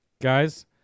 Guys